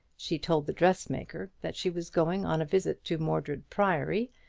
she told the dressmaker that she was going on a visit to mordred priory,